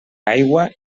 aigua